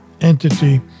entity